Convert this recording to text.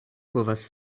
povas